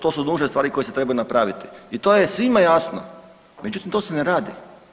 To su nužne stvari koje se trebaju napraviti i to je svima jasno, međutim to se ne radi.